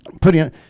putting